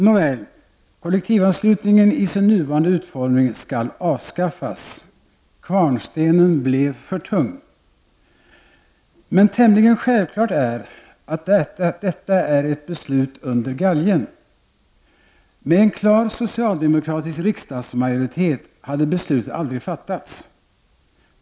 Nåväl, kollektivanslutningen i sin nuvarande utformning skall avskaffas. Kvarnstenen blev för tung. Men tämligen självklart är att detta är ett beslut under galgen. Med en klar socialdemokratisk riksdagsmajoritet hade beslutet aldrig fattats.